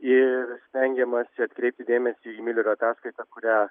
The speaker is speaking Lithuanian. ir stengiamasi atkreipti dėmesį į miulerio ataskaitą kurią